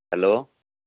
hello